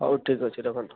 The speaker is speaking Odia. ହଉ ଠିକ୍ ଅଛି ରଖନ୍ତୁ